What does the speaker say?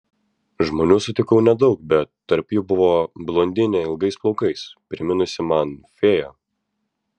žmonių sutikau nedaug bet tarp jų buvo blondinė ilgais plaukais priminusi man fėją